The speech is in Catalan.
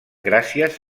gràcies